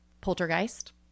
Poltergeist